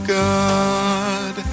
god